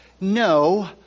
No